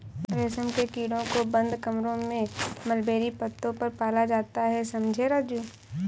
रेशम के कीड़ों को बंद कमरों में मलबेरी पत्तों पर पाला जाता है समझे राजू